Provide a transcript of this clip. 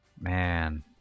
Man